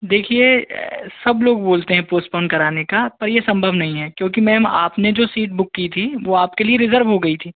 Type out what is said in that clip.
देखिए सब लोग बोलते हैं पोसपोन कराने का पर ये संभव नहीं है क्योंकि मैम आपने जो सीट बुक की थी वो आपके लिए रिजर्व हो गई थी